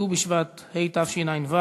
ט"ו בשבט התשע"ו,